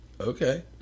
okay